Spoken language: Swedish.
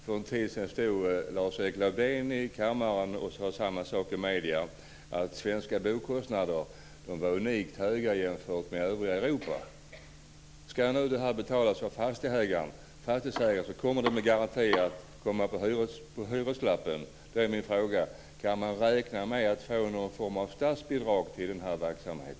För en tid sedan stod Lars-Erik Lövdén i kammaren och sade - han sade samma sak i medierna - att svenska bokostnader är unikt höga jämfört med övriga Europa. Ska detta betalas av fastighetsägaren kommer det garanterat att komma upp på hyreslappen. Kan man räkna med att få någon form av statsbidrag till denna verksamhet?